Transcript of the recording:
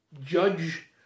judge